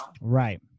Right